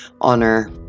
honor